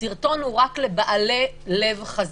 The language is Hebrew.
הסרטון הוא רק לבעלי לב חזק.